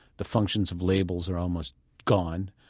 the functions of labels are almost gone,